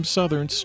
Southern